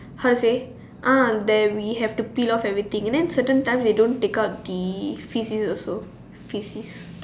how to say ah that we have to peel of everything and then certain time they don't take out the faeces also faeces